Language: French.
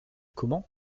comment